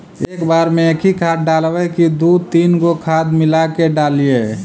एक बार मे एकही खाद डालबय की दू तीन गो खाद मिला के डालीय?